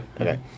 Okay